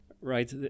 Right